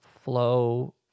flow